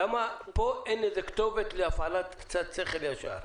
למה פה אין איזו כתובת להפעלת שכל ישר?